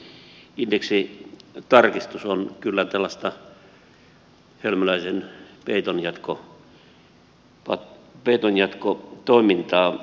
kansaneläkeindeksin ylimääräinen indeksitarkistus on kyllä tällaista hölmöläisen peitonjatkotoimintaa